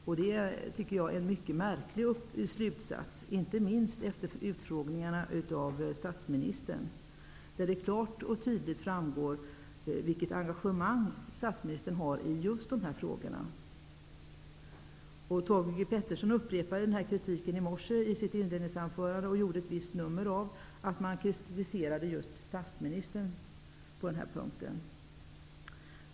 Jag tycker att det är en mycket märklig slutsats -- inte minst efter utfrågningarna av statsministern, vilka klart och tydligt visar på statsministerns engagemang i just dessa frågor. Thage G Peterson upprepade denna kritik i sitt inledningsanförande i morse och gjorde ett visst nummer av att man kritiserade just statsministern på denna punkt.